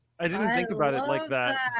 i didn't think about it like that.